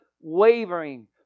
wavering